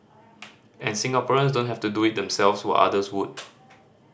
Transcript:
and Singaporeans don't have to do it themselves when others would